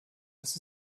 das